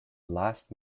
last